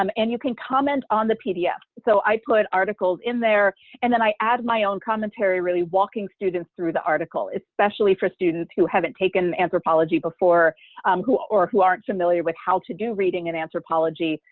um and you can comment on the pdf. so i put articles in there and then i add my own commentary really walking students through the article, especially for students who haven't taken an anthropology before who or who aren't familiar with how to do reading in anthropology,